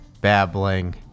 babbling